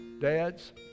dads